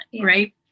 right